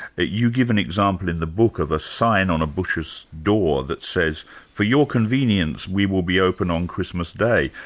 you give an example in the book of a sign on a butcher's door that says for your convenience, we will be open on christmas day',